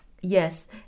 Yes